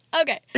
okay